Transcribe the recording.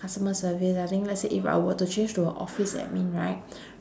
customer service I think let's say if I were to change to a office admin right